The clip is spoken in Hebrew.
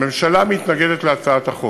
הממשלה מתנגדת להצעת החוק.